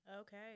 Okay